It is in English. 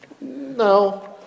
no